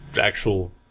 actual